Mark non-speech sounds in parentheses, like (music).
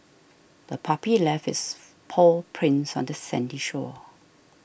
the puppy left its (noise) paw prints on the sandy shore